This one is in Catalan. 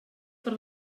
per